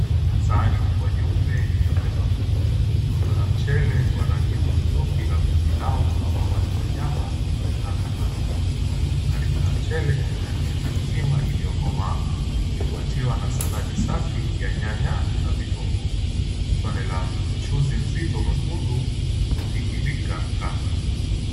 Sahani kubwa nyeupe iliyobeba mlo. Rundo la mchele wa rangi ya hudhurungi labda pilau ama wali wa nyama inaonekana upande mmoja. Karibu na mchele kuna ndizi mzima iliyokomaa ikifuatiwa na saladi safi ya nyanya na vitunguu. Tone la mchuzi mzito mwekundu hudhihirika kando.